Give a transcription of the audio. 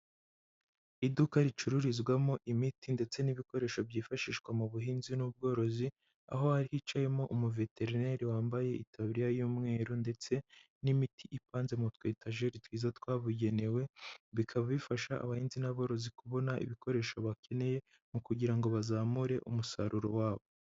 Iduka ricururizwamo imiti ndetse n'ibikoresho byifashishwa mu buhinzi n'ubworozi, aho hari hicayemo umuveterineri wambaye itaburiya y'umweru ndetse n'imiti ipanze mu twetajeri twiza twabugenewe, bikaba bifasha abahinzi n'aborozi kubona ibikoresho bakeneye, mu kugira ngo bazamure umusaruro wabo.